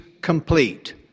complete